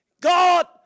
God